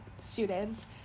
students